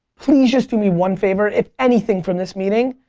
please just do me one favor? if anything from this meeting,